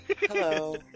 hello